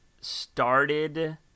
started